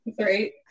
Right